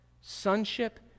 Sonship